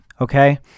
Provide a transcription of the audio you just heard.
okay